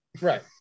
Right